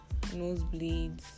nosebleeds